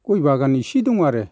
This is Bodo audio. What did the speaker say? गय बागान एसे दङ आरो